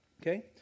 Okay